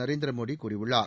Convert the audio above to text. நரேந்திர மோடி கூறியுள்ளார்